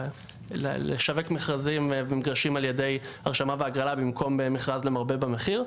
לשווק מכרזים ומגרשים על ידי הרשמה והגרלה במקום מכרז למרבה במחיר,